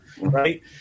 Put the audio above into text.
right